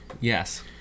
Yes